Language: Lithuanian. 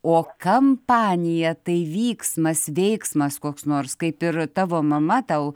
o kampanija tai vyksmas veiksmas koks nors kaip ir tavo mama tau